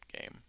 game